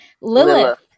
Lilith